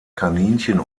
kaninchen